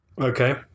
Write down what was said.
Okay